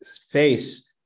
face